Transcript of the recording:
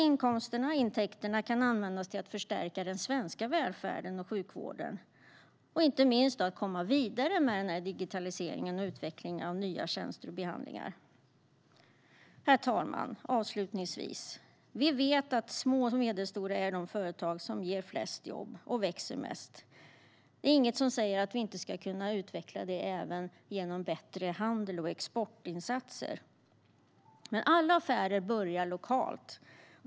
Dessa intäkter kan användas till att förstärka den svenska välfärden och sjukvården och inte minst till att komma vidare i digitaliseringen och utvecklingen av nya tjänster och behandlingar. Herr talman! Vi vet att små och medelstora företag växer mest och ger flest jobb. Det är inget som säger att vi inte ska kunna utveckla detta även genom bättre handels och exportinsatser. Men alla affärer börjar lokalt.